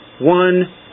one